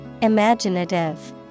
Imaginative